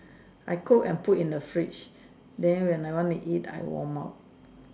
I cook I put in the fridge then when I want to eat I warm up